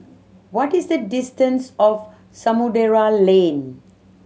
what is the distance of Samudera Lane